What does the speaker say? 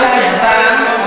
עוברים להצבעה.